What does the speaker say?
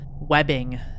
webbing